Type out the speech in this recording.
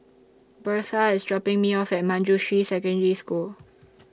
Birtha IS dropping Me off At Manjusri Secondary School